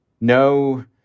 no